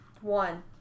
One